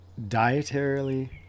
dietarily